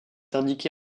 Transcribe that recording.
indiqué